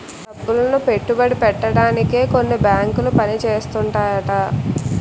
డబ్బులను పెట్టుబడి పెట్టడానికే కొన్ని బేంకులు పని చేస్తుంటాయట